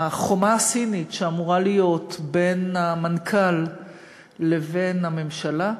החומה הסינית שאמורה להיות בין המנכ"ל לבין הממשלה.